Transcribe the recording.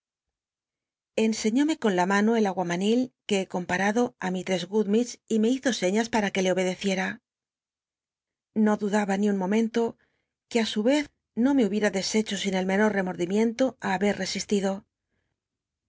enseiíómc con la mano el n uaman il que he comparado á mistress good y me hizo sciías para que le obcdccicr l i'io dudaba ni un momrnlo que í su vez no me hubicm dc hccho sin el menor rcmoi iimicnto á haber resi